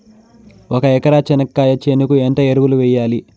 ఒక ఎకరా చెనక్కాయ చేనుకు ఎంత ఎరువులు వెయ్యాలి?